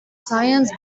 science